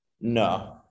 No